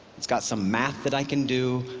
it's got some math that i can do.